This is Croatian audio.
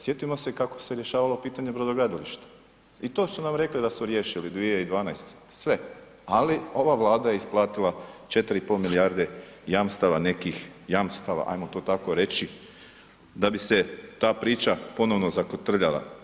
Sjetimo se kako se rješavalo pitanje brodogradilišta i to su nam rekli da su riješili 2012. sve, ali ova Vlada je isplatila 4,5 milijarde jamstava nekih, jamstava ajmo to tako reći, da bi se ta priča ponovno zakotrljala.